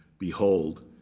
behold,